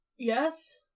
Yes